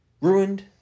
Ruined